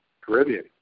Caribbean